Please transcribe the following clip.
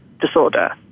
disorder